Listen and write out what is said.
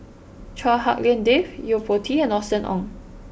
Chua Hak Lien Dave Yo Po Tee and Austen Ong